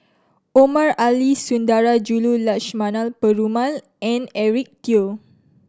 Omar Ali Sundarajulu Lakshmana Perumal and Eric Teo